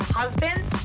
husband